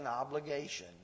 obligation